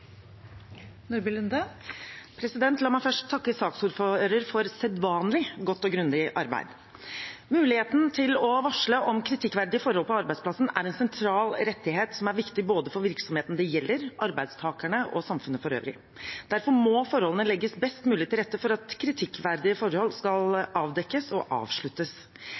La meg først takke saksordføreren for sedvanlig godt og grundig arbeid. Muligheten til å varsle om kritikkverdige forhold på arbeidsplassen er en sentral rettighet som er viktig for både virksomhetene det gjelder, arbeidstakerne og samfunnet for øvrig. Derfor må forholdene legges best mulig til rette for at kritikkverdige forhold kan avdekkes og avsluttes.